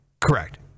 Correct